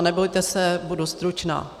Nebojte se, budu stručná.